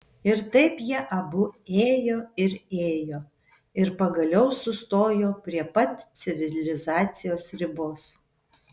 ir taip jie abu ėjo ir ėjo ir pagaliau sustojo prie pat civilizacijos ribos